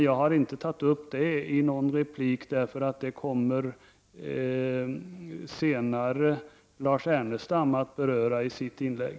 Jag har inte tagit upp denna fråga i någon replik, eftersom Lars Ernestam senare kommer att beröra detta i sitt inlägg.